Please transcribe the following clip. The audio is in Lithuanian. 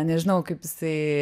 nežinau kaip jisai